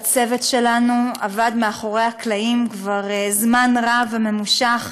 הצוות שלנו עבד מאחורי הקלעים כבר זמן רב וממושך